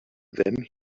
then